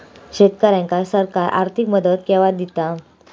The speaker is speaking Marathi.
शेतकऱ्यांका सरकार आर्थिक मदत केवा दिता?